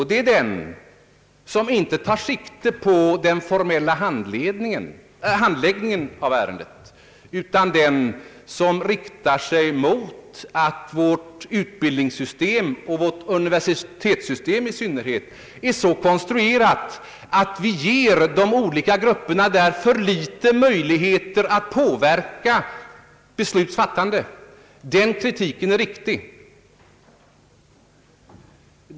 Det är den som inte tar sikte på den formella handläggningen av ärendet, utan riktar sig mot att vårt utbildningssystem, och vårt universitetssystem i synnerhet, är så konstruerat att vi ger de olika grupperna där för små möjligheter att påverka besluts fattande. Den kritiken är riktig.